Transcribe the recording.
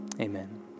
Amen